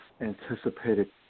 anticipated